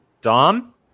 Dom